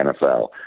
NFL